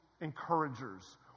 encouragers